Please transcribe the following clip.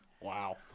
Wow